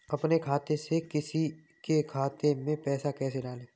अपने खाते से किसी और के खाते में पैसे कैसे डालें?